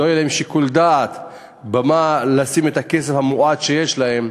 שלא ישקלו במה לשים את הכסף המועט שיש להם,